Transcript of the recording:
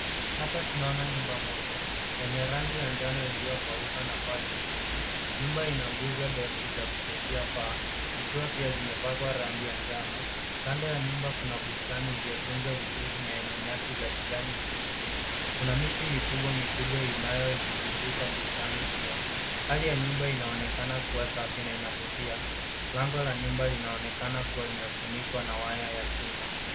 Hapa tunaona nyumba moja yenye rangi ya njano iliyokauka na paa jekundu. Nyumba ina nguzo ndefu za kusaidia paa zikiwa pia zimepakwa rangi ya njano. Kando ya nyumba kuna bustani iliyotunzwa vizuri na yenye nyasi za kijani kibichi. Kuna miti mikubwa mikubwa inayozizunguka bustani hiyo. Hali ya nyumba inaonekana kuwa safi na inavutia. Lango la nyumba linaonekana kuwa imefunikwa na waya ya chuma.